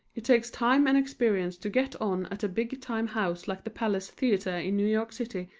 it takes time and experience to get on at a big time house like the palace theatre in new york city,